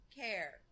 care